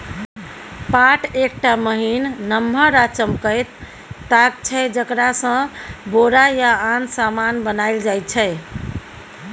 पाट एकटा महीन, नमहर आ चमकैत ताग छै जकरासँ बोरा या आन समान बनाएल जाइ छै